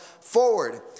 forward